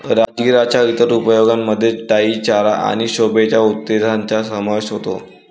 राजगिराच्या इतर उपयोगांमध्ये डाई चारा आणि शोभेच्या उद्देशांचा समावेश होतो